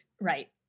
Right